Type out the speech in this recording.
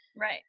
Right